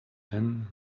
then